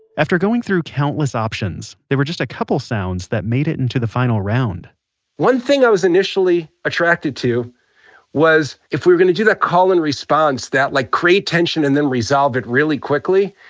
after going through countless options, there were just a couple sounds that made it into the final round one thing i was initially attracted to was, if we're going to do that call and response, that like create tension and then resolve it really quickly,